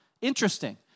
Interesting